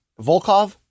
Volkov